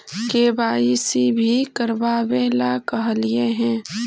KYC भी करवावेला कहलिये हे?